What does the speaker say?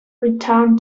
return